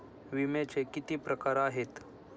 विम्याचे किती प्रकार आहेत?